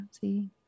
see